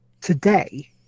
today